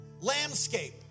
landscape